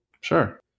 Sure